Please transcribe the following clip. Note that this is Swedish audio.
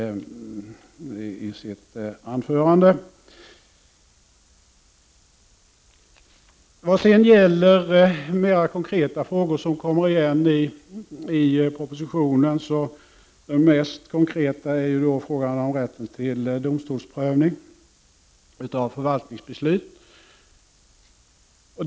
Av de mera konkreta frågor som kommer igen i propositionen är den mest konkreta frågan om rätten till domstolsprövning av förvaltningsbeslut.